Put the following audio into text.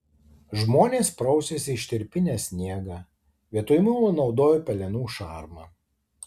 žmonės prausėsi ištirpinę sniegą vietoj muilo naudojo pelenų šarmą